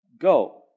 Go